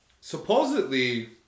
Supposedly